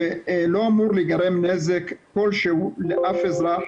שלא אמור להיגרם נזק כלשהו לאף אזרח